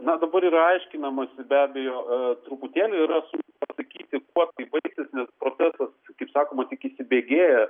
na dabar yra aiškinamas be abejo truputėlį yra pasakyti kuo tai baigsis procecas kaip sakoma tik įsibėgėja